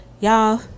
Y'all